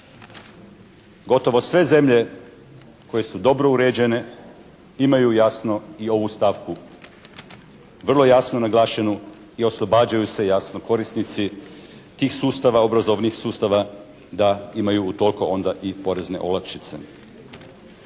Gotovo sve zemlje koje su dobro uređene imaju jasno i ovu stavku, vrlo jasno naglašenu i oslobađaju se jasno korisnici tih sustava, obrazovnih sustava da imaju utoliko onda i porezne olakšice.